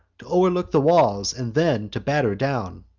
t' o'erlook the walls, and then to batter down.